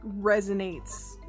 resonates